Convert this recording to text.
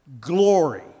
glory